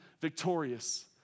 victorious